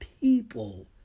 people